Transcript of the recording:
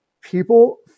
People